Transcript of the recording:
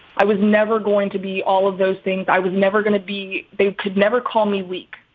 i was never going to be all of those things. i was never gonna be. they could never call me weak.